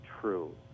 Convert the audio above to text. true